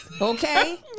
okay